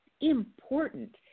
important